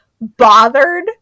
bothered